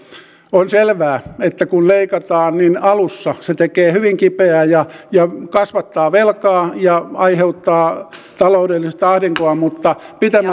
on selvää että kun leikataan niin alussa se tekee hyvin kipeää ja kasvattaa velkaa ja aiheuttaa taloudellista ahdinkoa mutta